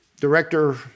Director